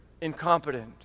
incompetent